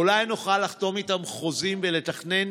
אולי נוכל לחתום איתם חוזים ולתכנן